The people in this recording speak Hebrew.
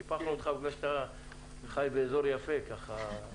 קיפחנו אותך כי אתה גר באזור יפה ופסטורלי.